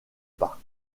pas